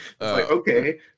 okay